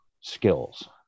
skills